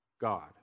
God